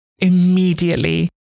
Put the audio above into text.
immediately